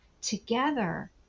together